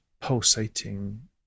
pulsating